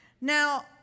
Now